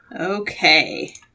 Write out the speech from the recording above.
Okay